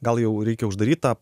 gal jau reikia uždaryt tą